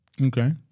Okay